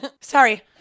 Sorry